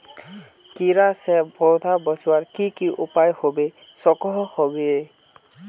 कीड़ा से पौधा बचवार की की उपाय होबे सकोहो होबे?